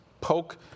poke